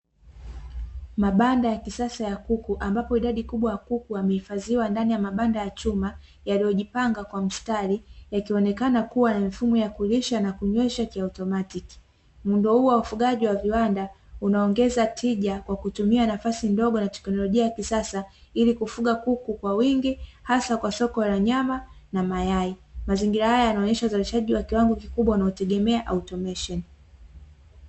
Mabanda ya kisasa ya kuku ambapo idadi kubwa ya kuku wamehifadhiwa ndani ya mabanda ya chuma yaliyojipanga kwa mstari yakionekana kuwa na mifumo ya kulisha na kunywesha kiautomatiki, muundo huu wa ufugaji wa viwanda unaongeza tija kwa kutumia nafasi ndogo na tekinolojia ya kisasa ili kufuga kuku kwa wingi hasa kwa soko la nyama na mayai. Mazingira haya yanaenesha uzalishaji wa kiwango kikubwa unaotegemea automesheni.